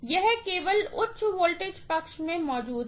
यह केवल उच्च वोल्टेज पक्ष में मौजूद है